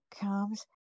comes